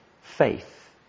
faith